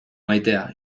maitea